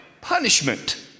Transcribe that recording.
punishment